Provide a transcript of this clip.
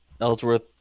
Ellsworth